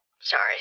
Sorry